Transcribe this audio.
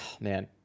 man